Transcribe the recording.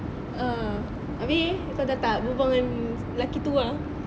ah abeh kau dah tak bebual dengan lelaki tu ah